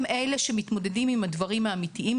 הם אלה שמתמודדים עם הדברים האמיתיים,